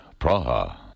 Praha